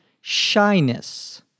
shyness